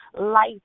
life